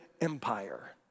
Empire